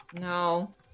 no